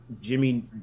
Jimmy